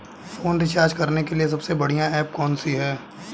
Phone recharge करने के लिए सबसे बढ़िया ऐप कौन सी है?